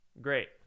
great